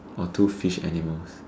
or two fish animals